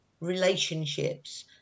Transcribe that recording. relationships